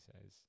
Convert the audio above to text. says